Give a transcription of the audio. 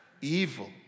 Evil